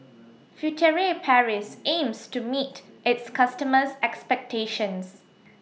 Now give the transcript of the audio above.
Furtere Paris aims to meet its customers' expectations